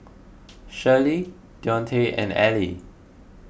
Shirley Deonte and Allie